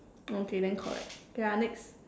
okay then correct okay ah next